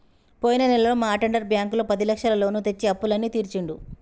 పోయిన నెలలో మా అటెండర్ బ్యాంకులో పదిలక్షల లోను తెచ్చి అప్పులన్నీ తీర్చిండు